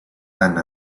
tant